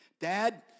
Dad